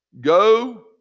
Go